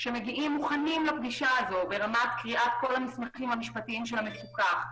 שמגיעים מוכנים לפגישה הזו ברמת קריאת כל המסמכים המשפטיים של המפוקח,